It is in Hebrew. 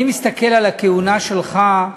אני מסתכל על הכהונה שלך.